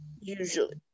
Usually